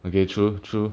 okay true true